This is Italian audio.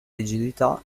rigidità